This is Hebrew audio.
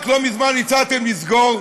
רק לא מזמן הצעתם לסגור.